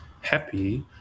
happy